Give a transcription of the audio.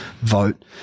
vote